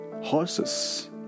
horses